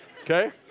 Okay